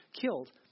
killed